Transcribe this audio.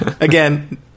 Again